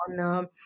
on